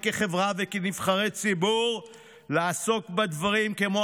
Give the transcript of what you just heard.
כחברה וכנבחרי ציבור לעסוק בדברים כמו